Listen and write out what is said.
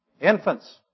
Infants